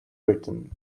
written